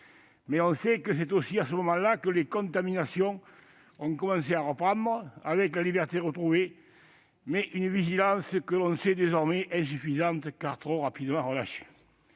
Toutefois, c'est aussi à ce moment-là que les contaminations ont commencé à reprendre, avec la liberté retrouvée, mais avec une vigilance que l'on sait désormais insuffisante, car trop rapidement relâchée.